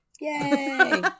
yay